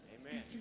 Amen